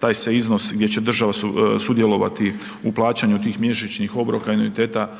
taj se iznos gdje će država sudjelovati u plaćanju tih mjesečnih obroka i anuiteta